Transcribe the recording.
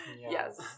Yes